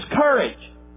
courage